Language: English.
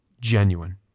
genuine